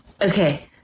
Okay